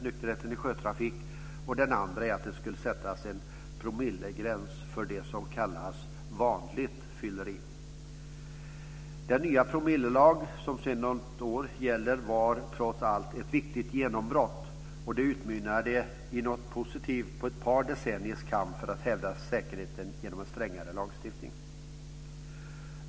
Den andra gäller att det skulle sättas en promillegräns för det som kallas vanligt fylleri. Den nya promillelagen, som gäller sedan något år, var trots allt ett viktigt genombrott, och ett par decenniers kamp för att hävda säkerheten genom en strängare lagstiftning utmynnade i något positivt.